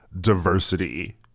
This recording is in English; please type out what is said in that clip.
diversity